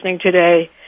today